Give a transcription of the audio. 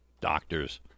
Doctors